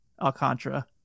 Alcantara